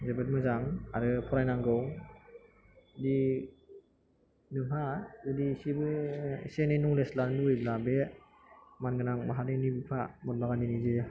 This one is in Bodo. जोबोद मोजां आरो फरायनांगौ दि नोंहा जुदि एसेबो एसे एनै न'लेज लानो लुबैयोब्ला बे मानगोनां माहारिनि बिफा महात्मा गान्धीनि जे